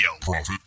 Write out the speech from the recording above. Profit